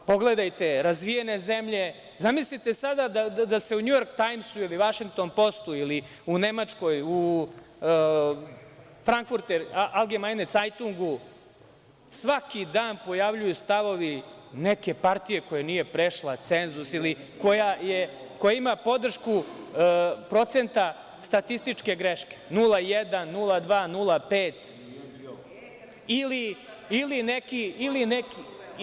Pogledajte razvijene zemlje, zamislite sada da se u "Njujork tajmsu" ili "Vašington postu" ili u Nemačkoj, u "Alegemajne Cajtugu" svaki dan pojavljuju stavovi neke partije koja nije prešla cenzus ili koja ima podršku procenta statističke greše 0,1%, 0,2%, 0,5%